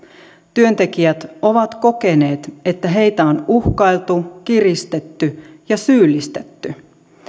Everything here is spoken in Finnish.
työntekijät ovat kokeneet että heitä on uhkailtu kiristetty ja syyllistetty